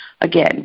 Again